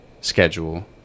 schedule